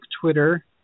Twitter